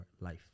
life